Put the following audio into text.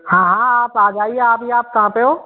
हाँ हाँ आप आ जाइए अभी आप कहाँ पर हो